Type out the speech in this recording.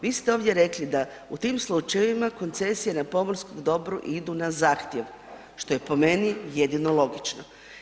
Vi ste ovdje rekli da u tim slučajevima koncesije na pomorskom dobru idu na zahtjev, što je po meni jedino logično.